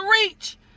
reach